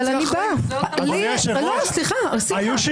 נעשה סדר.